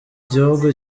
gihugu